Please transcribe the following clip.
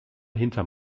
hinterm